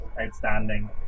outstanding